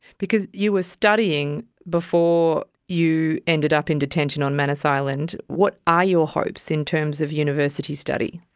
because you were studying before you ended up in detention on manus island, what are your hopes in terms of university study?